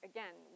Again